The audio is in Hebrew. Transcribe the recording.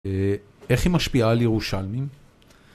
איך היא משפיעה על ירושלמים?